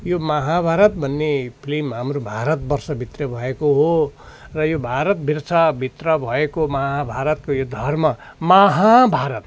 यो महाभारत भन्ने फ्लिम हाम्रो भारतवर्षभित्र भएको हो र यो भारतवर्षभित्र भएको माहाभारतको यो धर्म महाभारत